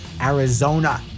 Arizona